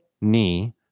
knee